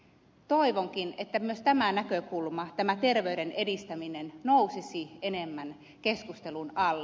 toivonkin että myös tämä näkökulma tämä terveyden edistäminen nousisi enemmän keskustelun alle